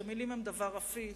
שמלים הן דבר הפיך.